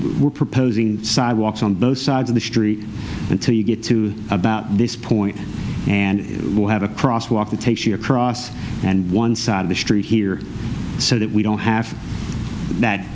we're proposing sidewalks on both sides of the street until you get to about this point and have a cross walk that takes you across and one side of the street here so that we don't have that